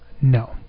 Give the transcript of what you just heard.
No